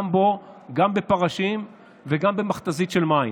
גם בו, גם בפרשים וגם במכת"זית של מים.